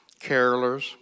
carolers